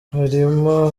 harimo